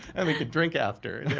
and we can drink after.